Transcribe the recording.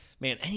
man